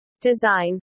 Design